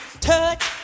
touch